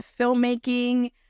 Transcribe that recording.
filmmaking